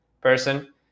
person